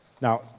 Now